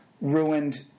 ruined